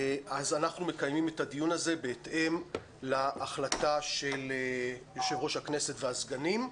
אנחנו מקיימים את הדיון הזה בהתאם להחלטה של יושב ראש הכנסת והסגנים.